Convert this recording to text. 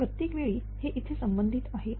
तर प्रत्येक वेळी हे इथे संबंधित आहे